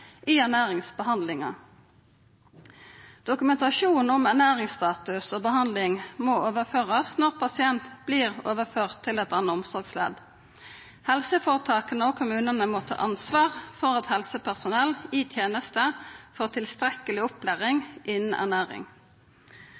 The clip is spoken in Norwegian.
i ernæringsbehandlinga. Dokumentasjon om ernæringsstatus og behandling må overførast når pasienten vert overført til eit anna omsorgsledd. Helseføretaka og kommunane må ta ansvar for at helsepersonell i teneste får tilstrekkeleg opplæring innan